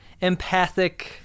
empathic